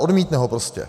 Odmítne ho prostě.